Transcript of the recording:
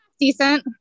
Decent